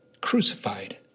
crucified